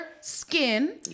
skin